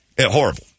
Horrible